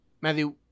Matthew